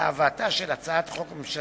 להבאתה של הצעת חוק ממשלתית,